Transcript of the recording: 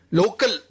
local